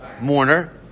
mourner